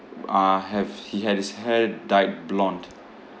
uh have he had his hair dyed blonde